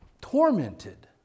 tormented